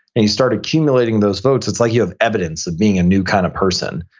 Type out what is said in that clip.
and you start accumulating those votes, it's like you have evidence of being a new kind of person.